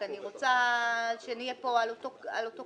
אני רוצה רק שנהיה פה על אותו קו.